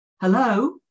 hello